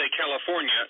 California